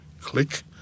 click